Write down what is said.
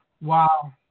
Wow